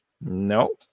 No